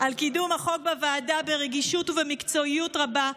על קידום החוק בוועדה ברגישות ובמקצועיות רבה,